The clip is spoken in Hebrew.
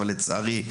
אבל לצערי,